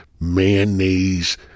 mayonnaise